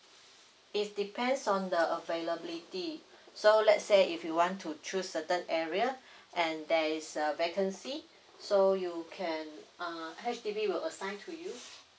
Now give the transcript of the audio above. it's depends on the availability so let's say if you want to choose certain area and there is a vacancy so you can uh H_D_B will assign to you